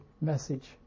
message